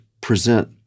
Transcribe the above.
present